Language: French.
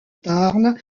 tarn